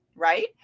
right